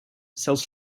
sells